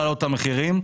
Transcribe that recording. עסקים.